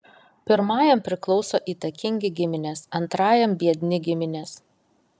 pirmajam priklauso įtakingi giminės antrajam biedni giminės